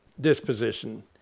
disposition